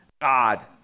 God